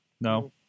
No